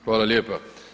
Hvala lijepa.